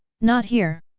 not here.